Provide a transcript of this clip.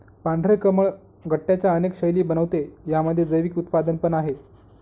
पांढरे कमळ गट्ट्यांच्या अनेक शैली बनवते, यामध्ये जैविक उत्पादन पण आहे